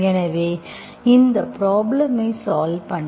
எனவே இந்த ப்ரப்ளேம்ஐ சால்வ் பண்ண